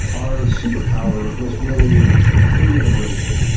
our super power was really pre-integration.